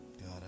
God